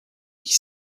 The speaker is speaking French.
qui